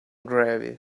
gravy